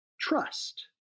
trust